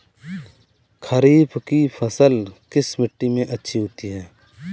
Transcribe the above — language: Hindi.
खरीफ की फसल किस मिट्टी में अच्छी होती है?